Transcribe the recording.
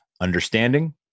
understanding